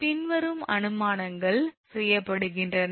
எனவே பின்வரும் அனுமானங்கள் செய்யப்படுகின்றன